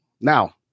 Now